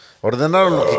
ordenaron